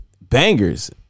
bangers